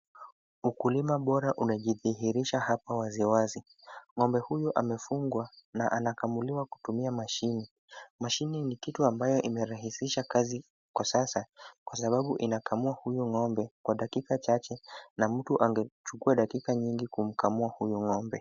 Ukulima bora unajidhihirisha hapa wazi wazi. Ngo'mbe huyu amefungwa na anakamuliwa kutumia mashine. Mashine ni kitu ambayo inarahisisha kazi kwa sasa kwa sababu inakamua huyo ng'ombe kwa dakika chache, na mtu angechukua dakika nyingi kumkamua huyo ng'ombe.